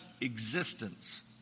existence